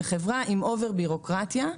עם אובר-בירוקרטיה.